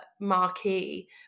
marquee